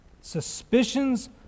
suspicions